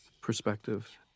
perspective